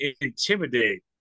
intimidate